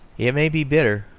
it may be bitter,